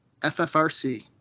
FFRC